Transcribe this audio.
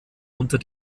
unter